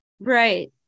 Right